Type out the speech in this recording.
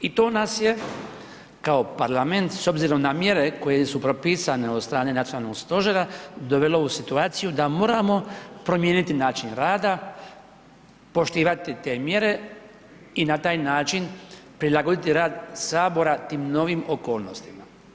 I to nas je kao parlament, s obzirom na mjere koje su propisane od strane Nacionalnog stožera, dovelo u situaciju da moramo promijeniti način rada, poštivati te mjere i na taj način prilagoditi rad Sabora tim novim okolnostima.